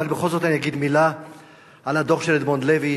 אבל בכל זאת אני אגיד מלה על הדוח של אדמונד לוי,